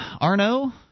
Arno